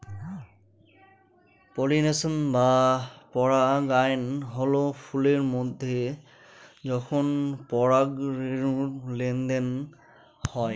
pollination বা পরাগায়ন হল ফুলের মধ্যে যখন পরাগরেনুর লেনদেন হয়